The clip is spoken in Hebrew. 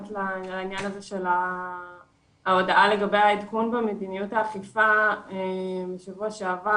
לעניין הזה של ההודעה לגבי העדכון במדיניות האכיפה משבוע שעבר.